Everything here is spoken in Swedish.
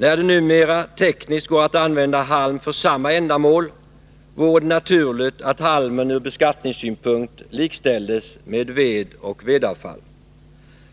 När det numera tekniskt går att använda halm för samma ändamål, vore det naturligt att halmen ur beskattningssynpunkt likställdes med ved och vedavfall.